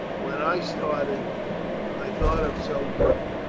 when i started i thought of so doing,